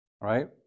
Right